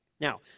Now